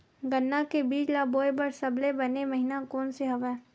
गन्ना के बीज ल बोय बर सबले बने महिना कोन से हवय?